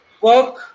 work